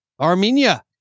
Armenia